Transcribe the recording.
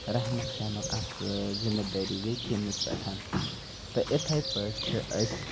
رہنُک سہنُک اَسہِ زِمہٕ دٲری گٔے تٔمِس پٮ۪ٹھ تہٕ یِتھٕے پٲٹھۍ چھِ أسۍ